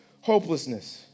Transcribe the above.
hopelessness